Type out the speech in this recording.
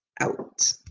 out